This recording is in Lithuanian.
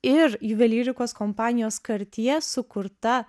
ir juvelyrikos kompanijos kartije sukurta